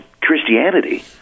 Christianity